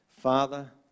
Father